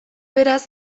beraz